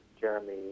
Jeremy